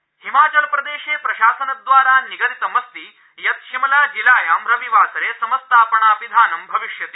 हिमाचल प्रदेश हिमाचलप्रदेशे प्रशासन द्वारा निगदितमस्ति यत् शिमलाजिलायां रविवासरे समस्तापणापिधानं भविष्यति